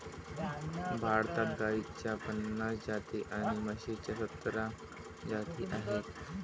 भारतात गाईच्या पन्नास जाती आणि म्हशीच्या सतरा जाती आहेत